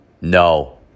no